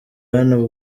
hano